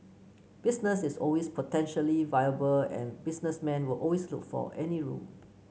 business is always potentially viable and businessmen will always look for any room